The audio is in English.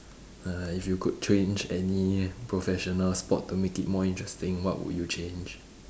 uh if you could change any professional sport to make it more interesting what would you change